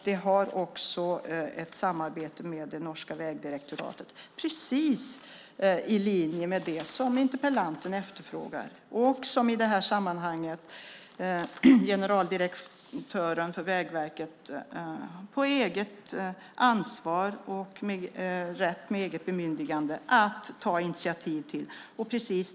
Man har också ett samarbete med det norska Vegdirektoratet, precis i linje med det som interpellanten efterfrågar och som i detta sammanhang generaldirektören för Vägverket på eget ansvar och med eget bemyndigande tagit initiativ till.